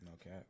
okay